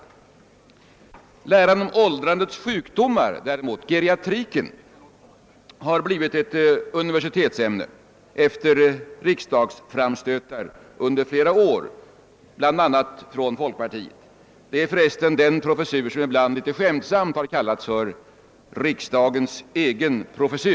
Däremot har läran om åldrandets sjukdomar, geriatriken, blivit ett universitetsämne efter riksdagsframstötar under flera år, bl.a. från folkpartiet. Det är för övrigt den professur som litet skämtsamt ibland har kallats för »riksdagens egen professur».